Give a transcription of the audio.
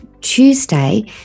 Tuesday